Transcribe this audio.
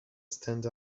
stand